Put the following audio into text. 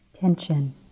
tension